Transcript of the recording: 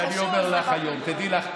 ואני אומר לך היום: תדעי לך,